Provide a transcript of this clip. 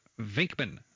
Vinkman